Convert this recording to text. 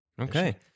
Okay